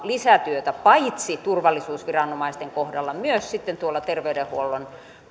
lisätyötä paitsi turvallisuusviranomaisten kohdalla myös sitten tuolla terveydenhuollon